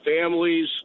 families